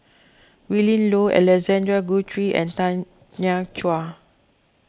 Willin Low Alexander Guthrie and Tanya Chua